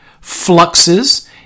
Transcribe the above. fluxes